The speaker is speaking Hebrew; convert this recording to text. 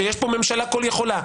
שיש פה ממשלה כל יכולה.